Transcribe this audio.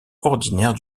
ordinaire